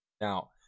now